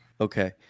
Okay